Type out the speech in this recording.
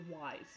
wise